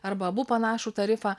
arba abu panašų tarifą